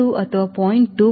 2 ಅಥವಾ 0